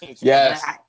yes